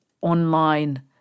online